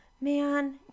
Man